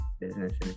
businesses